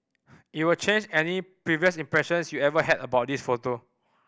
it'll change any previous impressions you ever had about this photo